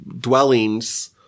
dwellings